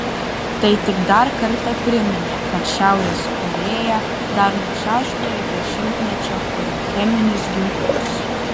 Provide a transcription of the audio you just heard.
tai tik dar kartą priminė kad šiaurės korėja dar nuo šeštojo dešimtmečio kuria cheminius ginklus